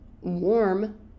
warm